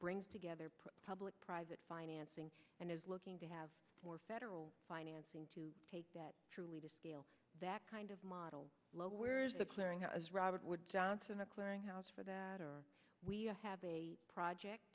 brings together put public private financing and is looking to have more federal financing to take that truly to scale that kind of model as robert wood johnson a clearinghouse for that or we have a project